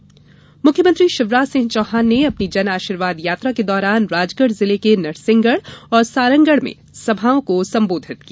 जनआशीर्वाद यात्रा मुख्यमंत्री शिवराज सिंह चौहान ने अपनी जनआशीर्वाद यात्रा के दौरान राजगढ़ जिले के नरसिंहगढ़ और सारंगगढ़ में सभाओं को संबोधित किया